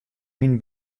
myn